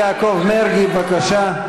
חבר הכנסת יעקב מרגי, בבקשה.